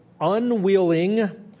unwilling